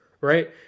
right